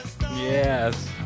Yes